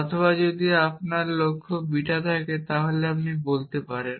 অথবা যদি আপনার লক্ষ্য বিটা থাকে তবে আপনি বলতে পারেন